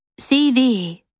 CV